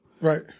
Right